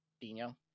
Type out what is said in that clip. Dino